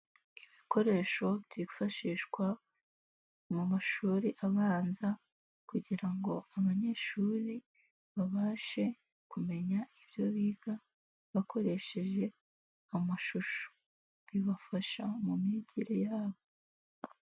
Ibikoresho byifashishwa mu mashuri abanza, kugira ngo abanyeshuri babashe kumenya ibyo biga bakoresheje amashusho, bibafasha mu myigire yabo.